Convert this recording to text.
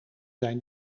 zijn